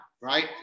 right